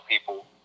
people